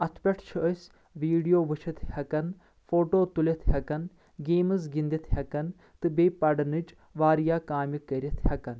اتھ پٮ۪ٹھ چھِ أسۍ ویٖڈیو وٕچھِتھ ہٮ۪کان فوٹو تُلِتھ ہٮ۪کان گیمٕز گِنٛدِتھ ہٮ۪کان تہٕ بیٚیہِ پرنِچ واریاہ کامہِ کٔرتھ ہٮ۪کان